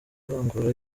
vangura